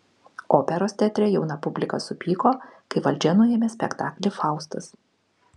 operos teatre jauna publika supyko kai valdžia nuėmė spektaklį faustas